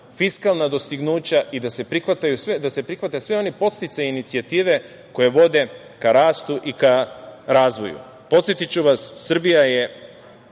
fiskalna dostignuća i da se prihvate svi oni podsticaji i inicijative koje vode ka rastu i razvoju. Podsetiću vas, Srbija je